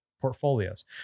portfolios